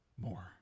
more